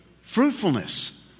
Fruitfulness